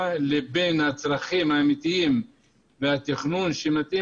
זה מצריך באמת נכונות גם מצד משרדי הממשלה